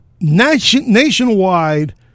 nationwide